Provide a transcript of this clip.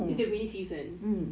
its the rainy season